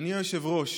אדוני היושב-ראש,